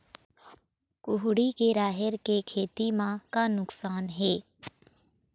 कुहड़ी के राहेर के खेती म का नुकसान हे?